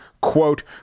quote